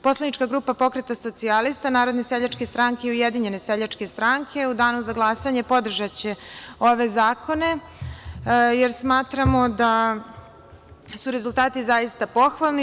Poslanička grupa Pokreta socijalista, Narodne seljačke stranke i Ujedinjene seljačke stranke u danu za glasanje podržaće ove zakone, jer smatramo da su rezultati zaista pohvalimo.